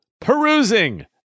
perusing